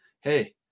hey